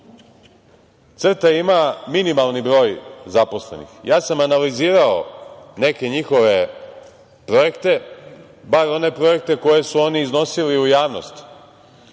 ima minimalni broj zaposlenih. Ja sam analizirao neke njihove projekte, bar one projekte koje su oni iznosili u javnost